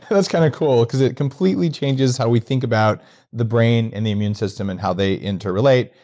that's kind of cool, because it completely changes how we think about the brain and the immune system, and how they interrelate,